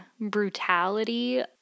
brutality